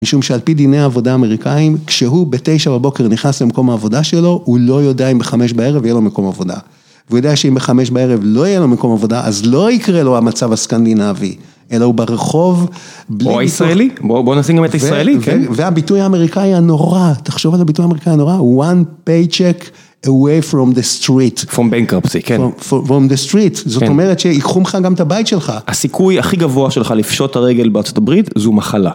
משום שעל פי דיני עבודה אמריקאים, כשהוא בתשע בבוקר נכנס למקום העבודה שלו, הוא לא יודע אם בחמש בערב יהיה לו מקום עבודה. והוא יודע שאם בחמש בערב לא יהיה לו מקום עבודה, אז לא יקרה לו המצב הסקנדינאווי. אלא הוא ברחוב בלי... "או הישראלי, בוא נשים גם את הישראלי" ... והביטוי האמריקאי הנורא, תחשוב על הביטוי האמריקאי הנורא, one paycheck away from the street. From the street. " From bankruptcy, כן" זאת אומרת שיקחו ממך גם את הבית שלך. הסיכוי הכי גבוה שלך לפשוט הרגל בארצות הברית זו מחלה.